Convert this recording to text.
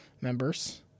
members